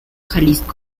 jalisco